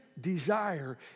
desire